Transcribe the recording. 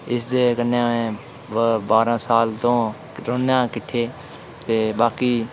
ते इसदे कन्नै में बारां साल तों रौह्ना किट्ठे ते बाकी